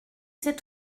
c’est